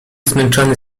zmęczony